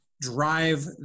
drive